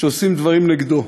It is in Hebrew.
שעושים דברים נגדו.